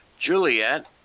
Juliet